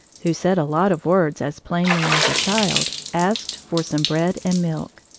who said a lot of words as plainly as a child, asked for some bread and milk.